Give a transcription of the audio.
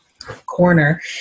corner